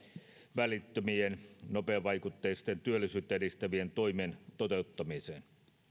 välittömien nopeavaikutteisten työllisyyttä edistävien toimien toteuttamiseen